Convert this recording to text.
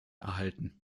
erhalten